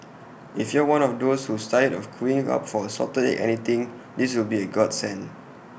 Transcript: if you're one of those who's tired of queuing up for salted egg anything this will be A godsend